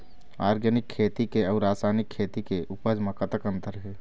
Organic खेती के अउ रासायनिक खेती के उपज म कतक अंतर हे?